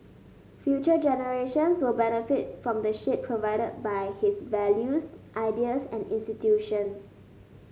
future generations will benefit from the shade provided by his values ideas and institutions